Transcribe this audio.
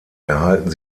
erhalten